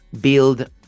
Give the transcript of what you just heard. build